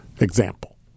example